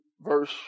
verse